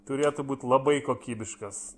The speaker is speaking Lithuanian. turėtų būt labai kokybiškas